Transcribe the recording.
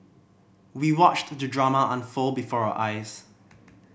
we watched the drama unfold before our eyes